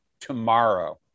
tomorrow